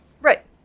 Right